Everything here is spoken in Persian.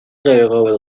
غیرقابل